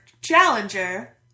challenger